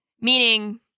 meaning